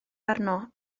arno